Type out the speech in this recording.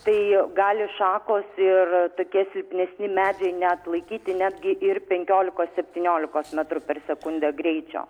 tai gali šakos ir tokie silpnesni medžiai neatlaikyti netgi ir penkiolkios septyniolikos metrų per sekundę greičio